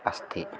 अस्ति